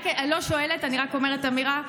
טוב, אני לא שואלת, אני רק אומרת אמירה.